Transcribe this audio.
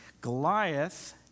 Goliath